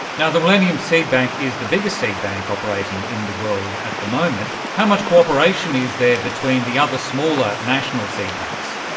and the millennium seed bank is the biggest seed bank operating in the world at the moment. how much cooperation is there between the other smaller national seed banks?